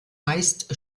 meist